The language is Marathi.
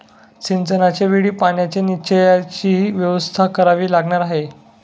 सिंचनाच्या वेळी पाण्याच्या निचर्याचीही व्यवस्था करावी लागणार आहे